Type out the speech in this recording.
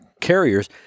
carriers